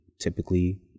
typically